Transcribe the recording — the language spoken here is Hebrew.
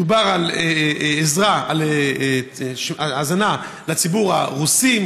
מדובר על האזנה לציבור הרוסים,